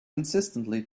insistently